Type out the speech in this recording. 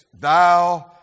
thou